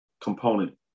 component